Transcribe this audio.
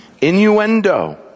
Innuendo